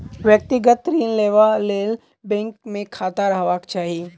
व्यक्तिगत ऋण लेबा लेल बैंक मे खाता रहबाक चाही